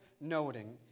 noting